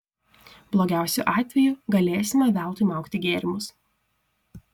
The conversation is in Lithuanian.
blogiausiu atveju galėsime veltui maukti gėrimus